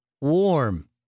warm